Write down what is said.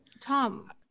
Tom